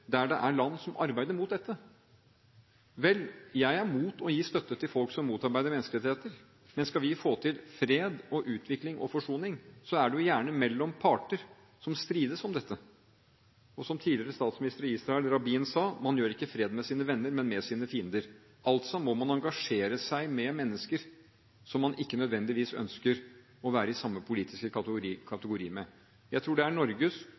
der det er land som arbeider imot dette, vel – jeg er mot å gi støtte til folk som motarbeider menneskerettigheter, men skal vi få til fred, utvikling og forsoning, er det jo gjerne mellom parter som strides om dette. Og som tidligere statsminister i Israel, Rabin, sa: «Man slutter ikke fred med sine venner, men med sine fiender.» Man må altså engasjere seg i mennesker som man ikke nødvendigvis ønsker å være i samme politiske kategori som. Jeg tror det er